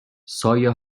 سایه